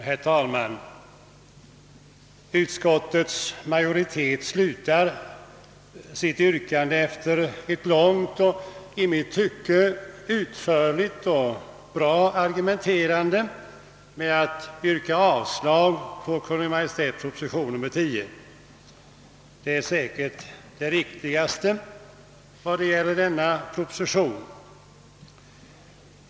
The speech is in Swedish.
Herr talman! Utskottets majoritet slutar sitt yrkande efter ett långt och i mitt tycke utförligt och bra argumenterande med att yrka avslag på Kungl. Maj:ts proposition nr 10. Det är säkert det riktigaste vad gäller denna proposition.